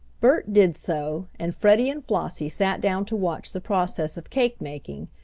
bert did so, and freddie and flossie sat down to watch the process of cake-making,